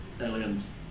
Aliens